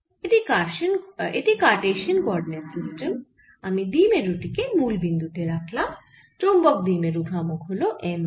এটি Cartesian coordinate system আমি দ্বিমেরু টি কে মুল বিন্দু তে রাখলাম চৌম্বক দ্বিমেরু ভ্রামক হল m z